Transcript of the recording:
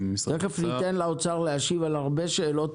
תכף ניתן לאוצר להשיב על הרבה שאלות.